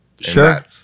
Sure